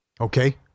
Okay